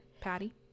Patty